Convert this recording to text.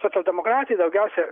socialdemokratai daugiausia